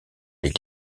des